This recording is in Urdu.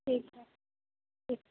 ٹھیک ہے ٹھیک